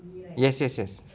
yes yes yes